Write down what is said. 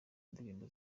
indirimbo